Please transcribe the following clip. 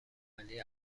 عملی